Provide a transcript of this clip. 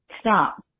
stop